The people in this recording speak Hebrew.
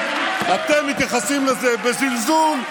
ואתם מתייחסים לזה בזלזול.